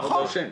זה אומר דרשני.